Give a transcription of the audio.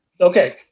Okay